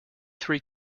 three